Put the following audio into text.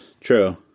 True